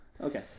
Okay